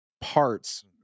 parts